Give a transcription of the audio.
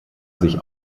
sich